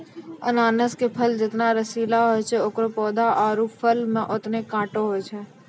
अनानस के फल जतना रसीला होय छै एकरो पौधा आरो फल मॅ होतने कांटो होय छै